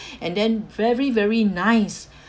and then very very nice